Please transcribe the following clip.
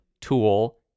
tool